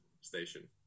station